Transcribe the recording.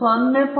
2 ಶೇಕಡಾ